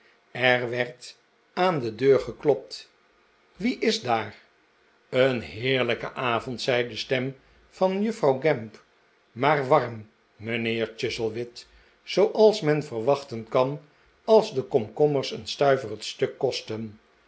er werd aan de deur geklopt wie is daar een heerlijke avond zei de stem van juffrouw gamp maar warm mijnheer chuzzlewit zooals men verwachten kan als de komkommers een stuiver het stuk kosten